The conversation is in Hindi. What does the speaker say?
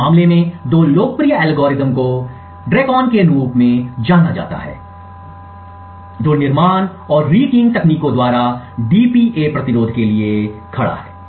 इस मामले में दो लोकप्रिय एल्गोरिदम को DRECON के रूप में जाना जाता है जो निर्माण और रीकीग तकनीकों द्वारा डीपीए प्रतिरोध के लिए खड़ा है